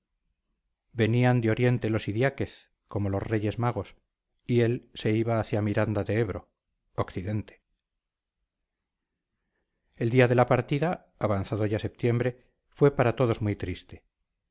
venían de oriente los idiáquez como los reyes magos y él se iba hacia miranda de ebro occidente el día de la partida avanzado ya septiembre fue para todos muy triste